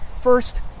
first